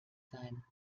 sein